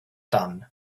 done